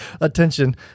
attention